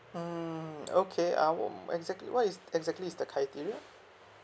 mm okay uh what exactly what is exactly is the criteria